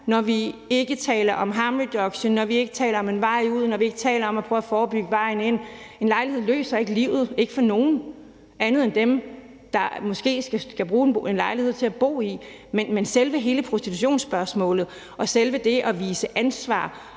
når vi ikke taler om harm reduction; når vi ikke taler om en vej ud og ikke taler om at prøve at forebygge vejen ind. En lejlighed løser ikke livet for nogen, andre end dem, der måske skal bruge en lejlighed til at bo i, men i forhold til selve prostitutionsspørgsmålet og selve det at vise